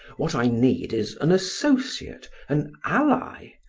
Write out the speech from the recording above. what i need is an associate, an ally,